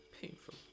painful